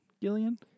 Gillian